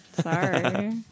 Sorry